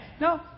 No